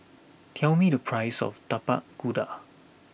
tell me the price of Tapak Kuda